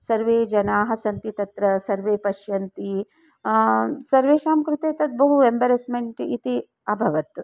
सर्वे जनाः सन्ति तत्र सर्वे पश्यन्ति सर्वेषां कृते तद् बहु एम्बेरस्मेण्ट् इति अभवत्